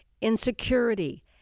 insecurity